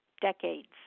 decades